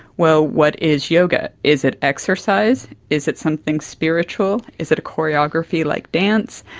well, what is yoga? is it exercise, is it something spiritual, is it a choreography like dance?